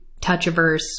touch-averse